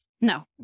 No